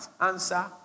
answer